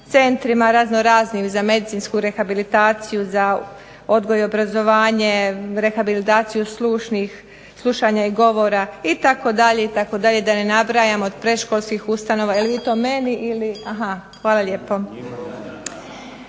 centrima raznoraznim za medicinsku rehabilitaciju, za odgoj i obrazovanje, rehabilitaciju slušnih, slušanja i govora, itd., itd., da ne nabrajamo od predškolskih ustanova.